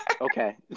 Okay